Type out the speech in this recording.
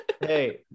hey